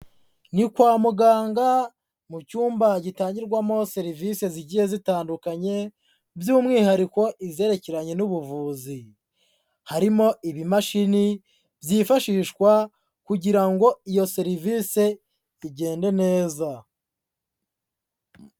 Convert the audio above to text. Ni kwa muganga mu cyumba gitangirwamo serivisi zigiye zitandukanye, by'umwihariko izerekeranye n'ubuvuzi, harimo ibimashini byifashishwa kugira ngo iyo serivisi igende neza.